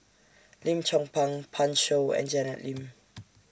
Lim Chong Pang Pan Shou and Janet Lim